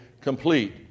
complete